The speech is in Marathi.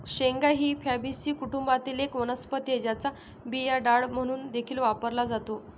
शेंगा ही फॅबीसी कुटुंबातील एक वनस्पती आहे, ज्याचा बिया डाळ म्हणून देखील वापरला जातो